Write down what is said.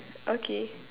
okay